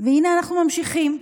והינה אנחנו ממשיכים.